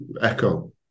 echo